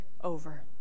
over